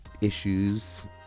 issues